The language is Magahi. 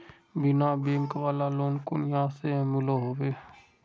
बिना बैंक वाला लोन कुनियाँ से मिलोहो होबे?